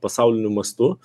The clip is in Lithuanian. pasauliniu mastu